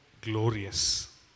glorious